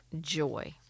joy